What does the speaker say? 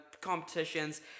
competitions